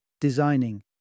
designing